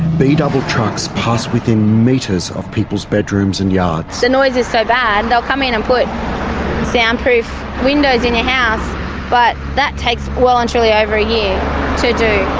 b-double trucks pass within metres of people's bedrooms and yards. the noise is so bad. they'll come in and put soundproof windows in your house but that takes well and truly over yeah